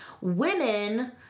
women